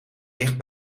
dicht